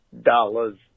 dollars